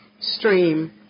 stream